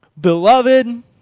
Beloved